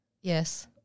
Yes